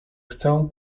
chcę